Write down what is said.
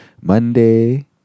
Monday